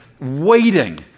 waiting